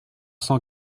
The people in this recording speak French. cent